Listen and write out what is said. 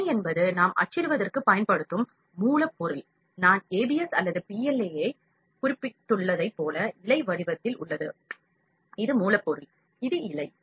இழை என்பது நாம் அச்சிடுவதற்குப் பயன்படுத்தும் மூலப்பொருள் நான் ABS அல்லது PLA ஐ குறிப்பிட்டுள்ளதைப் போல இழை வடிவத்தில் உள்ளது இது மூலப்பொருள் இது இழை